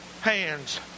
hands